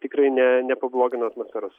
tikrai ne nepablogino atmosferos